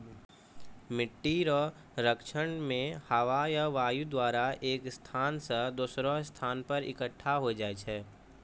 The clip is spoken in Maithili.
मिट्टी रो क्षरण मे हवा या वायु द्वारा एक स्थान से दोसरो स्थान पर इकट्ठा होय जाय छै